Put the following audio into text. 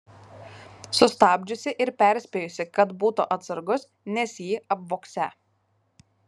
sustabdžiusi ir perspėjusi kad būtų atsargus nes jį apvogsią